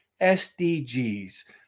SDGs